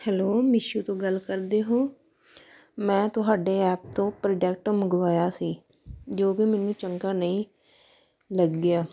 hello Meesho ਤੋਂ ਗੱਲ ਕਰਦੇ ਹੋ ਮੈਂ ਤੁਹਾਡੇ ਐਪ ਤੋਂ ਪ੍ਰੋਡਕਟ ਮੰਗਵਾਇਆ ਸੀ ਜੋ ਕਿ ਮੈਨੂੰ ਚੰਗਾ ਨਹੀਂ ਲੱਗਿਆ